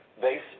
base